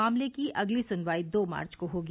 मामले की अगली सुनवाई दो मार्च को होगी